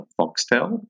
Foxtel